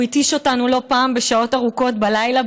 הוא התיש אותנו לא פעם בשעות ארוכות בלילה,